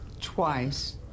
twice